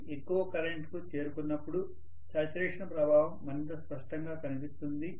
కానీ ఎక్కువ కరెంట్ కు చేరుకున్నప్పుడు శాచ్యురేషన్ ప్రభావం మరింత స్పష్టంగా కనిపిస్తుంది